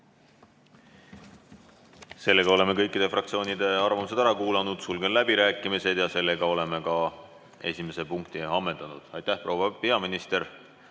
Aitäh! Oleme kõikide fraktsioonide arvamused ära kuulanud. Sulgen läbirääkimised. Sellega oleme esimese punkti ammendanud. Aitäh, proua peaminister!